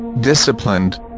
disciplined